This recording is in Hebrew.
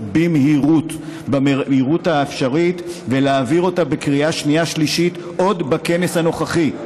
במהירות האפשרית ולהעביר אותה בקריאה שנייה ושלישית עוד בכנס הנוכחי.